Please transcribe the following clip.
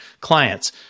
clients